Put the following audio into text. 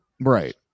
Right